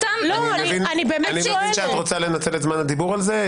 אני מבין שאת רוצה לדבר את זמן הדיבור על זה.